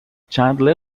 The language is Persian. چندلر